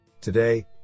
Today